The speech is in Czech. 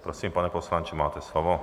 Prosím, pane poslanče, máte slovo.